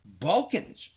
Balkans